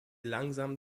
langsam